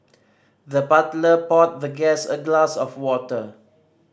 the butler poured the guest a glass of water